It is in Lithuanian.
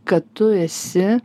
kad tu esi